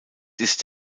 ist